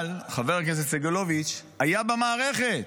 אבל חבר הכנסת סגלוביץ' היה במערכת,